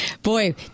Boy